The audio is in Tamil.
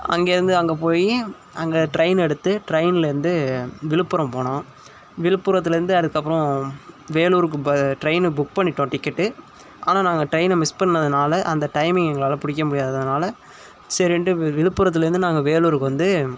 அங்கேயிருந்து அங்கே போய் அங்கே ட்ரெயின் எடுத்து ட்ரெயின்லேருந்து விழுப்புரம் போனோம் விழுப்புரத்துலேருந்து அதுக்கப்புறம் வேலூருக்கு ப ட்ரெயினு புக் பண்ணிவிட்டோம் டிக்கெட்டு ஆனால் நாங்கள் ட்ரெயினை மிஸ் பண்ணதுனால் அந்த டைமிங் எங்களால் பிடிக்க முடியாததுனால் சரின்ட்டு விழுப்புரத்துலேருந்து நாங்கள் வேலூருக்கு வந்து